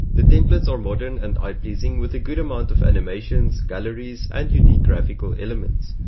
the templates are modern and eye pleasing with a good amount of animations, galleries and unique graphical elements.